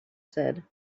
said